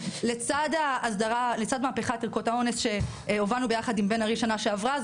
לצד מהפכת ערכות האונס שהובלנו יחד עם בן ארי בשנה שעברה זה